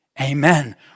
amen